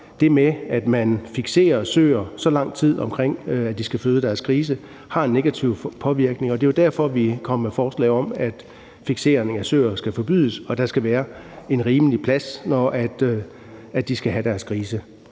Det med, at man fikserer søer så lang tid, i forbindelse med at de skal føde deres grise, har en negativ påvirkning, og det er jo derfor, vi kommer med forslag om, at fiksering af søer skal forbydes, og at der skal være en rimelig plads, når de skal have deres grise.